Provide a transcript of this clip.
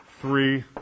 Three